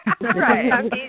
Right